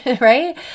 right